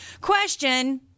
Question